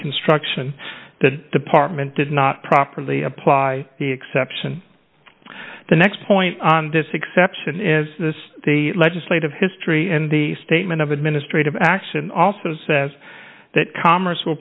construction the apartment did not properly apply the exception the next point on this exception is the legislative history and the statement of administrative action also says that commerce w